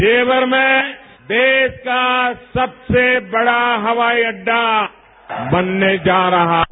जेवर में देश का सबसे बड़ा हवाई अड्डा बनने जा रहा है